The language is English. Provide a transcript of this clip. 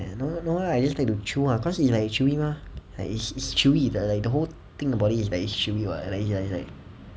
no lah you just need to chew ah cause it's like chewy mah like it's it's chewy like like the whole thing about it is like it's chewy [what] it's like it's like